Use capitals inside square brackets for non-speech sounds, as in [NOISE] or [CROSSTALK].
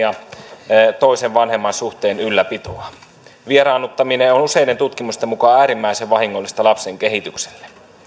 [UNINTELLIGIBLE] ja toisen vanhemman suhteen ylläpitoa vieraannuttaminen on useiden tutkimusten mukaan äärimmäisen vahingollista lapsen kehitykselle